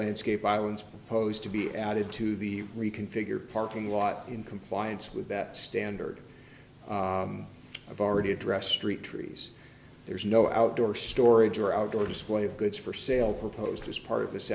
landscape islands posed to be added to the reconfigure parking lot in compliance with that standard of already addressed street trees there's no outdoor storage or outdoor display of goods for sale proposed as part of